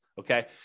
okay